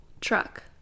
truck